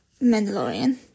Mandalorian